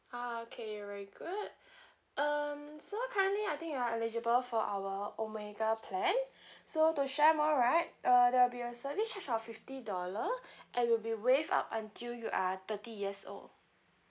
ah okay you're very good um so currently I think you are eligible for our omega plan so to share more right uh there'll be a service charge of fifty dollar and will be waived up until you are thirty years old